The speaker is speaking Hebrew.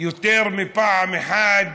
יותר מפעם אחת: